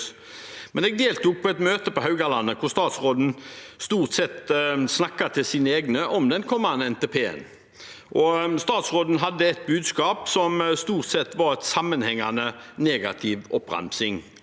Jeg deltok på et møte på Haugalandet, hvor statsråden – stort sett – snakket til sine egne om den kommende NTP-en, og statsråden hadde et budskap som stort sett var en sammenhengende negativ oppramsing